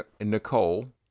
Nicole